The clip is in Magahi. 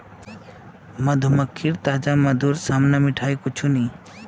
मधुमक्खीर ताजा मधुर साम न मिठाई कुछू नी